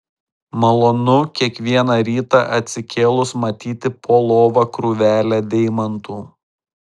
malonu kiekvieną rytą atsikėlus matyti po lova krūvelę deimantų